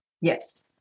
Yes